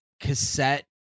cassette